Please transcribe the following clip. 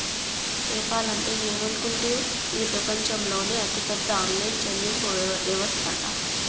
PayPal అంటే ఏమనుకుంటివి, ఇది పెపంచంలోనే అతిపెద్ద ఆన్లైన్ చెల్లింపు యవస్తట